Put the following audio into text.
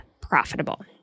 profitable